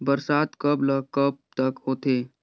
बरसात कब ल कब तक होथे?